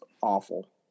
awful